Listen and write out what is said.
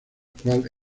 cual